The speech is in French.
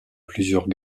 plusieurs